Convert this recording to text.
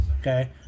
Okay